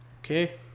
Okay